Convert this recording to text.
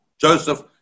Joseph